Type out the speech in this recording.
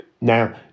Now